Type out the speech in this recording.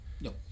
no